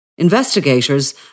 Investigators